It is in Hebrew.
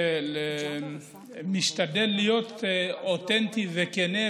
אני משתדל להיות אותנטי וכן,